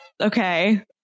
Okay